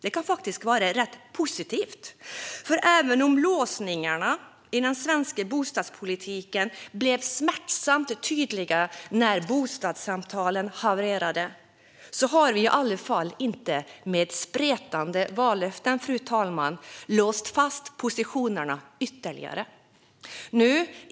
Det kan faktiskt vara rätt positivt. Även om låsningarna i den svenska bostadspolitiken blev smärtsamt tydliga när bostadssamtalen havererade har vi i alla fall inte med spretande vallöften låst fast positionerna ytterligare, fru talman.